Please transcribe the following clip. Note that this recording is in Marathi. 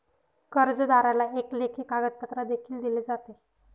कर्जदाराला एक लेखी कागदपत्र देखील दिले जाते